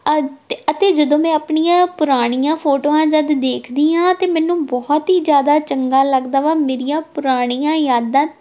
ਅਜ ਅਤੇ ਜਦੋਂ ਮੈਂ ਆਪਣੀਆਂ ਪੁਰਾਣੀਆਂ ਫੋਟੋਆਂ ਜਦੋਂ ਦੇਖਦੀ ਹਾਂ ਤਾਂ ਮੈਨੂੰ ਬਹੁਤ ਹੀ ਜ਼ਿਆਦਾ ਚੰਗਾ ਲੱਗਦਾ ਵਾ ਮੇਰੀਆਂ ਪੁਰਾਣੀਆਂ ਯਾਦਾਂ